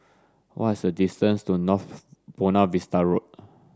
what is the distance to North Buona Vista Road